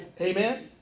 Amen